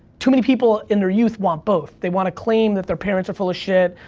too many people, in their youth want both, they wanna claim that their parents are full of shit,